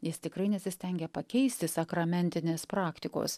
jis tikrai nesistengia pakeisti sakramentinės praktikos